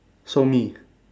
so me